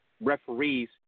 referees